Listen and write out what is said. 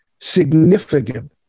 significant